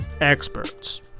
experts